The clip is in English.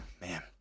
man